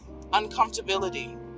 Uncomfortability